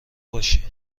باشی